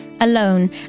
Alone